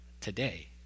today